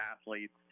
athletes